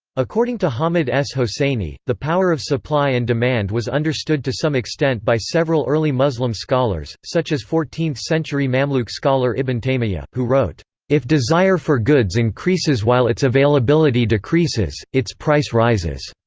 according to hamid s. hosseini, the power of supply and demand was understood to some extent by several early muslim scholars, such as fourteenth-century mamluk scholar ibn taymiyyah, who wrote if desire for goods increases while its availability decreases, its price rises.